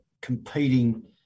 competing